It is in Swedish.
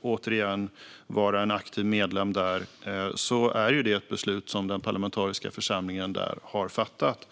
återigen vara en aktiv medlem där är det ett beslut som den parlamentariska församlingen där har fattat.